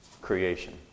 creation